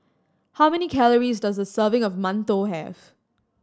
how many calories does a serving of mantou have